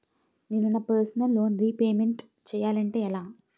నేను నా personal loan repayment చేయాలంటే ఎలా?